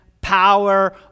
power